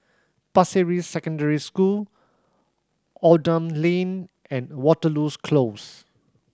Pasir Ris Secondary School Oldham Lane and Waterloo's Close